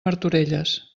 martorelles